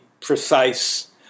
precise